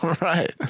Right